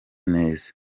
neza